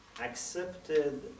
accepted